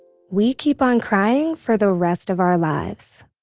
we keep on crying for the rest of our lives.